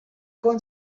con